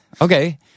okay